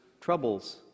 troubles